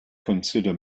consider